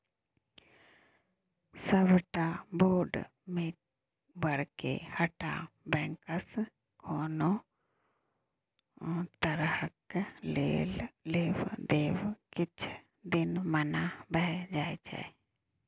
सबटा बोर्ड मेंबरके हटा बैंकसँ कोनो तरहक लेब देब किछ दिन मना भए जाइ छै